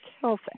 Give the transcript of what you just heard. health